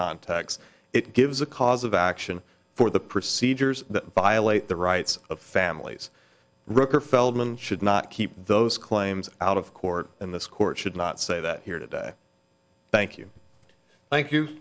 contacts it gives a cause of action for the procedures that violate the rights of families rooker feldman should not keep those claims out of court in this court should not say that here today thank you thank you